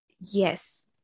Yes